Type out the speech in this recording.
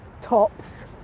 tops